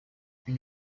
une